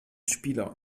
spieler